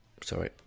sorry